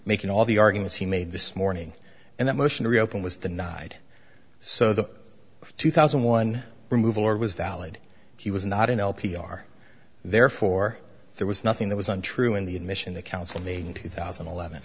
making all the arguments he made this morning and that motion to reopen was denied so the two thousand one removal or was valid he was not in l p r therefore there was nothing that was untrue in the admission the council made in two thousand and eleven